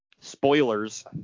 Spoilers